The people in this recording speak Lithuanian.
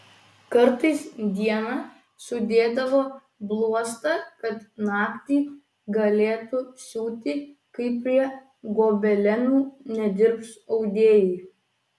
kartais dieną sudėdavo bluostą kad naktį galėtų siūti kai prie gobelenų nedirbs audėjai